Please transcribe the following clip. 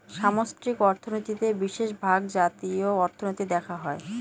সামষ্টিক অর্থনীতিতে বিশেষভাগ জাতীয় অর্থনীতি দেখা হয়